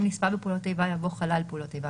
במקום "נספה בפעולות איבה" יבוא "חלל פעולות איבה"